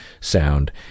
sound